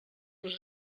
les